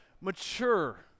mature